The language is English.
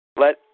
Let